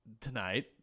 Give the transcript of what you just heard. Tonight